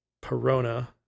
Perona